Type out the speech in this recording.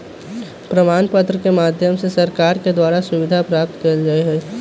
प्रमाण पत्र के माध्यम से सरकार के द्वारा सुविधा प्राप्त कइल जा हई